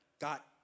got